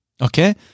Okay